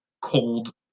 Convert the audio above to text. cold